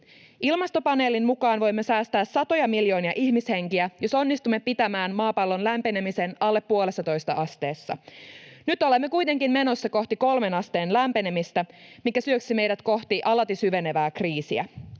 Ilmastopaneelin mukaan voimme säästää satoja miljoonia ihmishenkiä, jos onnistumme pitämään maapallon lämpenemisen alle 1,5 asteessa. Nyt olemme kuitenkin menossa kohti 3 asteen lämpenemistä, joka syöksisi meidät kohti alati syvenevää kriisiä.